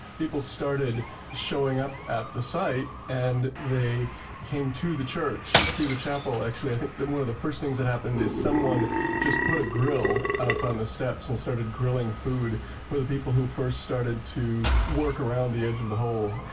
people started showing up at the site and they came to the church, to the chapel actually. i think one of the first things that happened is someone just put a grill up on the steps and started grilling food for the people who first started to work around the edge of the hole.